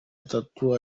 atatu